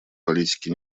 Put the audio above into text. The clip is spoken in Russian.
политике